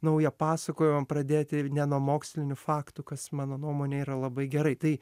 naują pasakojimą pradėti ne nuo mokslinių faktų kas mano nuomone yra labai gerai tai